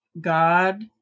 God